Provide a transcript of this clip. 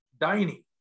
dining